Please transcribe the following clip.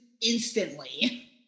instantly